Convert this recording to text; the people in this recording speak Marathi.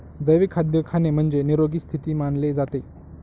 जैविक खाद्य खाणे म्हणजे, निरोगी स्थिती मानले जाते